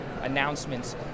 announcements